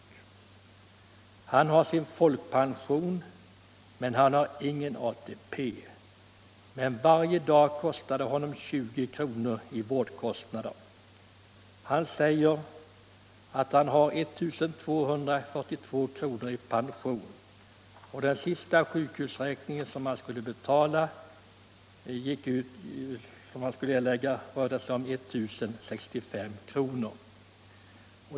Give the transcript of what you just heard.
Den här mannen har sin folkpension men ingen ATP. Varje dag kostade vården honom 20 kr. Mannen säger att han har 1 242 kr. i pension och att den sista sjukhusräkningen gick på 1065 kr.